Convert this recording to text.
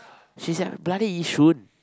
she's at bloody Yishun